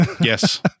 Yes